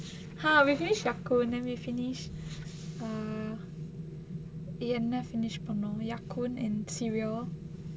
!huh! we finshed ya kun then we finished um என்ன:enna finish பண்ணோம்:pannom ya kun and cereal